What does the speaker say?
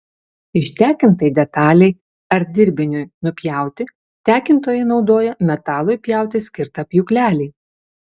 ištekintai detalei ar dirbiniui nupjauti tekintojai naudoja metalui pjauti skirtą pjūklelį